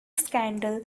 scandal